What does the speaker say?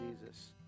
Jesus